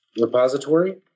repository